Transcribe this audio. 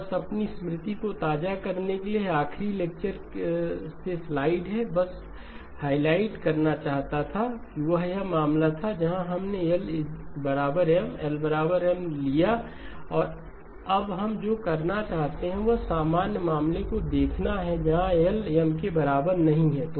बस अपनी स्मृति को ताज़ा करने के लिए यह आखिरी लेक्चर से स्लाइड है बस हाइलाइट करना चाहता था यह वह मामला था जहां हमने L M L M लिया और अब हम जो करना चाहते हैं वह सामान्य मामले को देखना है जहां L M के बराबर नहीं है